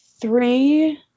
three